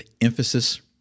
emphasis